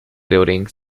building